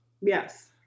Yes